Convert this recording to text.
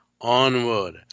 onward